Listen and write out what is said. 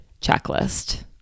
checklist